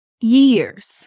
years